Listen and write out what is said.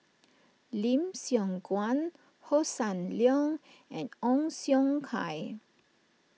Lim Siong Guan Hossan Leong and Ong Siong Kai